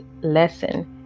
lesson